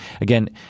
Again